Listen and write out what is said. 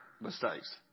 mistakes